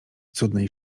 cudnej